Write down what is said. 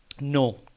no